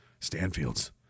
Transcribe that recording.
Stanfields